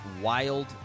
wild